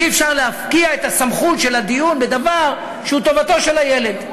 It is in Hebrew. אי-אפשר להפקיע את סמכות הדיון בדבר שהוא טובתו של הילד.